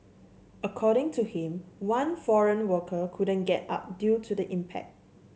according to him one foreign worker couldn't get up due to the impact